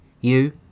You